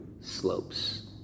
slopes